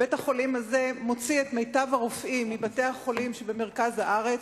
בית-החולים הזה מוציא את מיטב הרופאים מבתי-החולים שבמרכז הארץ,